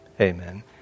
amen